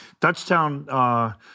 Dutchtown